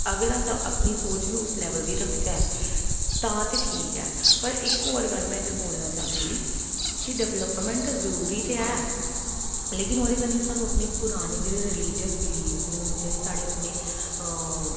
अगर अस अपनी सोच बी उस लेवल दी रखचै तां ते ठीक ऐ पर इक होर गल्ल में इद्धर बोलना चाह्गी कि डेवलपमेंट जरूरी ते ऐ लेकिन ओह्दे कन्नै सानूं अपने पराने जेह्ड़े रिलीजियस बिलीव्स न जेह्ड़े साढ़े अपने